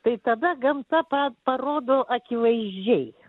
tai tada gamta parodo akivaizdžiai